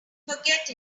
forget